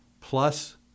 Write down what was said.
plus